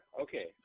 Okay